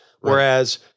Whereas